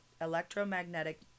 Electromagnetic